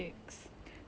ya